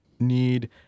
Need